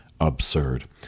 absurd